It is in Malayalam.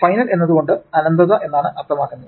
ഫൈനൽ എന്നത് കൊണ്ട് അനന്തത എന്നാണ് അർത്ഥമാക്കുന്നത്